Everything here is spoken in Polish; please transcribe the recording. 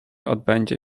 odbędzie